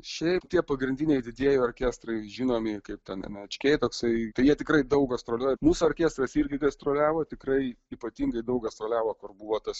šiaip tie pagrindiniai didieji orkestrai žinomi kaip ten enačkei toksai tai jie tikrai daug gastroliuoja mūsų orkestras irgi gastroliavo tikrai ypatingai daug gastroliavo kur buvo tas